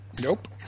Nope